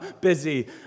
busy